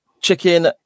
chicken